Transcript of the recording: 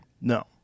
No